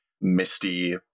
misty